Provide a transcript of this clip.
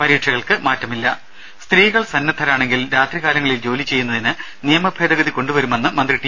പരീക്ഷകൾക്ക് മാറ്റമില്ല ത സ്ത്രീകൾ സന്നദ്ധരാണെങ്കിൽ രാത്രികാലങ്ങളിൽ ജോലി ചെയ്യുന്നതിന് നിയമ ഭേദഗതി കൊണ്ടുവരുമെന്ന് മന്ത്രി ടി